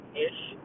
ish